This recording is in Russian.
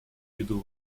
виду